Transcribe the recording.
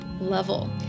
level